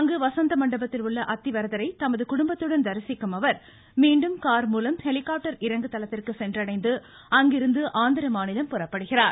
அங்கு வசந்த மண்டபத்தில் உள்ள அத்திவரதரை தமது குடும்பத்துடன் தரிசிக்கும் அவர் மீண்டும் கார் மூலம் ஹெலிகாப்டர் இறங்குதளத்திற்கு சென்றடைந்து அங்கிருந்து ஆந்திர மாநிலம் புறப்படுகிறார்